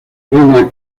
reina